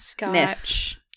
Scotch